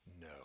No